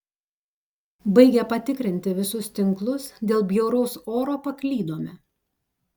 baigę patikrinti visus tinklus dėl bjauraus oro paklydome